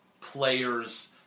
players